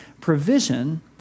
provision